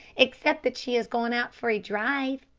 except that she has gone out for a drive.